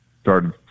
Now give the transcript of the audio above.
started